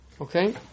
Okay